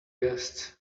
guests